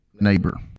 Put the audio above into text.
Neighbor